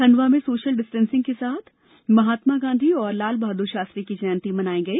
खंडवा में social distancing के साथ महात्मा गांधी और लालबहादुर शास्त्री की जयंती मनाई गई